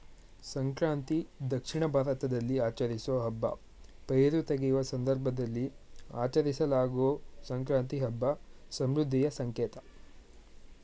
ಸಂಕ್ರಾಂತಿ ದಕ್ಷಿಣ ಭಾರತದಲ್ಲಿ ಆಚರಿಸೋ ಹಬ್ಬ ಪೈರು ತೆಗೆಯುವ ಸಂದರ್ಭದಲ್ಲಿ ಆಚರಿಸಲಾಗೊ ಸಂಕ್ರಾಂತಿ ಹಬ್ಬ ಸಮೃದ್ಧಿಯ ಸಂಕೇತ